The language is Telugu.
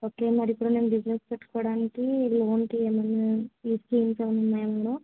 ఓకే మరిప్పుడు నేను బిజినెస్ పెట్టుకోడానికి ఈ లోన్కి స్కీమ్స్ ఏమన్న ఉన్నాయా అందులో